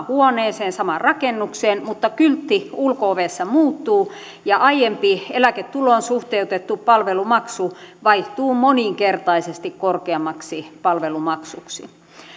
huoneeseen samaan rakennukseen mutta kyltti ulko ovessa muuttuu ja aiempi eläketuloon suhteutettu palvelumaksu vaihtuu moninkertaisesti korkeammaksi palvelumaksuksi